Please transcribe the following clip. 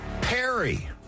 Perry